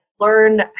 learn